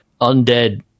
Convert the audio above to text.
undead